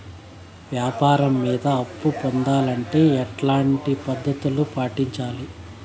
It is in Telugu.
వ్యాపారం మీద అప్పు పొందాలంటే ఎట్లాంటి పద్ధతులు పాటించాలి?